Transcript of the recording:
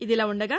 ఇదిలా ఉండగా